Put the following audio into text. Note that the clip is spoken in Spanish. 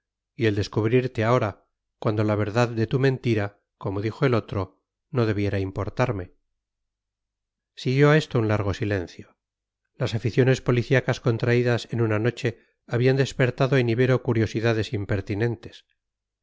y el descubrirte ahora cuando la verdad de tu mentira como dijo el otro no debiera importarme siguió a esto un largo silencio las aficiones policiacas contraídas en una noche habían despertado en ibero curiosidades impertinentes